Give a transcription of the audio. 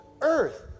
earth